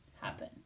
happen